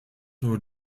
nur